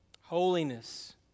Holiness